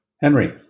Henry